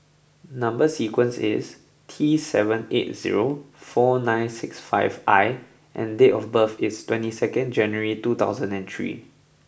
number sequence is T seven eight zero four nine six five I and date of birth is twenty second January two thousand and three